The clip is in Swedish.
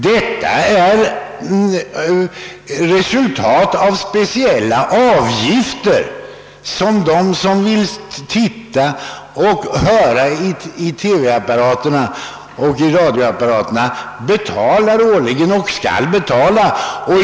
Det är fråga om speciella avgifter, vilka tittarna respektive lyssnarna årligen skall betala.